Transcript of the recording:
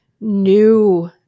new